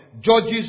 judges